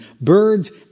birds